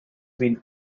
been